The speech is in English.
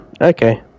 okay